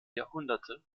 jahrhunderte